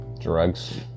drugs